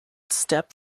step